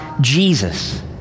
Jesus